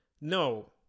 No